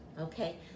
Okay